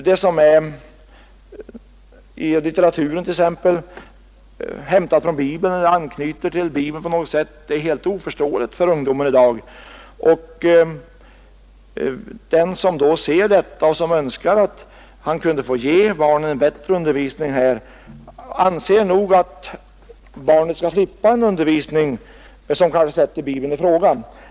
Det som t.ex. i litteraturen är hämtat från Bibeln eller anknyter till Bibeln på något sätt är helt oförståeligt för ungdomen i dag, och den som ser detta och som önskar att han kunde få ge barnen en bättre undervisning i detta avseende anser att barnen skall slippa en undervisning som sätter Bibeln i fråga.